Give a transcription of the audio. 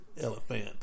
Elephant